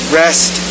rest